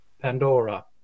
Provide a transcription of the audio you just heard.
Pandora